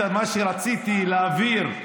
את מה שרציתי להעביר,